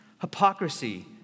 hypocrisy